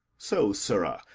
so, sirrah,